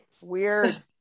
Weird